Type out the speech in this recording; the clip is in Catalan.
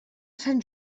sant